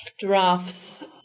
giraffes